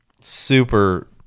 super